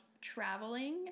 traveling